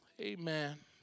Amen